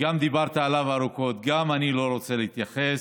שגם דיברת עליו ארוכות, אני גם לא רוצה להתייחס.